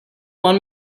want